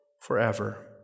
forever